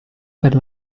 per